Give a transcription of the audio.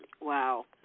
Wow